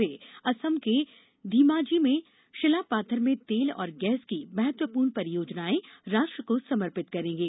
वे असम के धीमाजी में शिलापाथर में तेल और गैस की महत्वपूर्ण परियोजनाएं राष्ट्र को समर्पित करेंगे